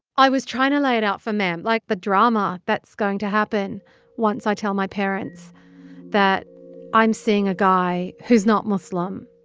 i was trying to lay it out for a mem like, the drama that's going to happen once i tell my parents that i'm seeing a guy who's not muslim.